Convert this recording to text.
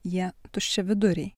jie tuščiaviduriai